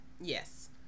Yes